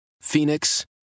Phoenix